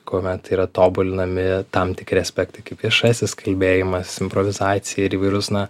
kuomet yra tobulinami tam tikri aspektai kaip viešasis kalbėjimas improvizacija ir įvairus na